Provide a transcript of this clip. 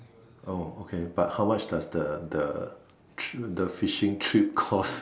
oh okay but how much does the the tr~ fishing trip cost